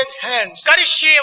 hands